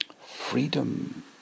freedom